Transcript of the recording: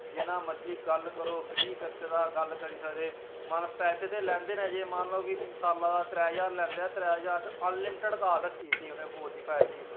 जिन्ना मर्जी गल्ल करो फ्री कीता दा गल्ल करी सकदे महाराज पैसे ते लैदे न जे मन्नी लेऔ कि सालै दा त्रै ज्हार लैंदे न ते त्रै ज्हार च अनलिमटड काल रक्खी दित्ती उ'नें फोर जी फाइव जी